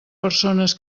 persones